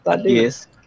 Yes